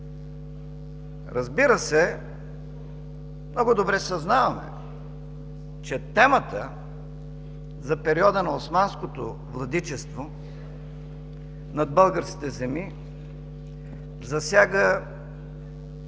Разбира се, много добре съзнаваме, че темата за периода на османското владичество над българските земи засяга